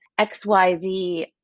XYZ